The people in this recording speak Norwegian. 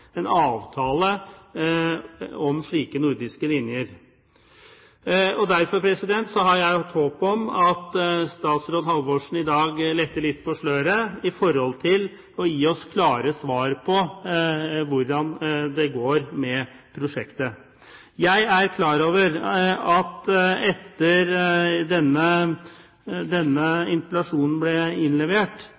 en avtale om slike nordiske linjer. Derfor har jeg håp om at statsråd Halvorsen i dag letter litt på sløret og gir oss klare svar på hvordan det går med prosjektet. Jeg er klar over, etter at denne interpellasjonen ble innlevert,